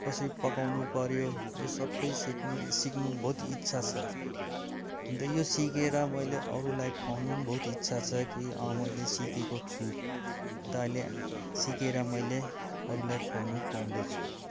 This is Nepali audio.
कसरी पकाउनु पऱ्यो यो सबै सेक्नु सिक्नु बहुत इच्छा छ अन्त यो सिकेर मैले अरूलाई खुवाउनु पनि बहुत इच्छा छ कि अँ मैले सिकेको छु अन्त अहिले सिकेर मैले अरूलाई खुवाउनु पाउँदैछु